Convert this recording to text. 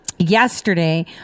yesterday